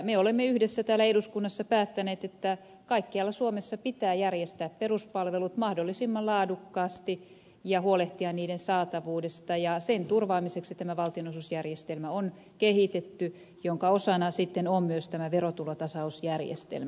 me olemme yhdessä täällä eduskunnassa päättäneet että kaikkialla suomessa pitää järjestää peruspalvelut mahdollisimman laadukkaasti ja huolehtia niiden saatavuudesta ja sen turvaamiseksi tämä valtionosuusjärjestelmä on kehitetty jonka osana sitten on myös tämä verotulotasausjärjestelmä